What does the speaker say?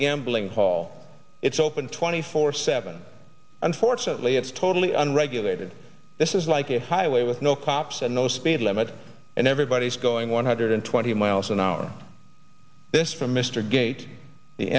gambling hall it's open twenty four seven unfortunately it's totally unregulated this is like a highway with no cops and no speed limit and everybody's going one hundred twenty miles an hour this from mr gates the